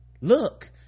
Look